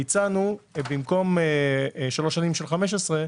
הצענו במקום שלוש שנים של 15%,